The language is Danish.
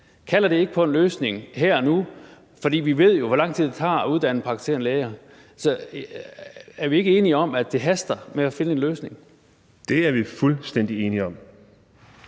Kalder det ikke på en løsning her og nu? For vi ved jo, hvor lang tid det tager at uddanne praktiserende læger. Så er vi ikke enige om, at det haster med at finde en løsning? Kl. 13:41 Stinus Lindgreen